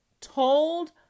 told